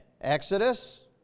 Exodus